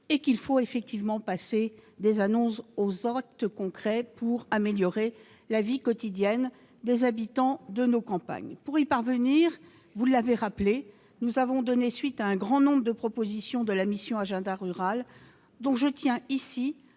Et il faut effectivement passer des annonces aux actes concrets pour améliorer la vie quotidienne des habitants de nos campagnes. Pour y parvenir, vous l'avez rappelé, nous avons donné suite à un grand nombre de propositions de la mission agenda rural, dont je tiens à